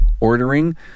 ordering